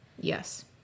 Yes